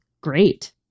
great